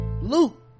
Luke